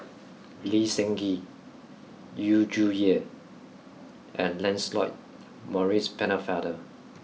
Lee Seng Gee Yu Zhuye and Lancelot Maurice Pennefather